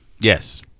Yes